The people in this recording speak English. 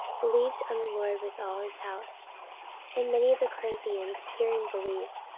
believed on the lord with all his house and many of the corinthians hearing believed,